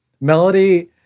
melody